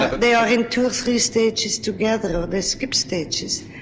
ah they are in two or three stages together, or they skip stages.